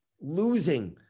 Losing